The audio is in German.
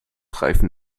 reifen